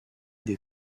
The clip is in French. des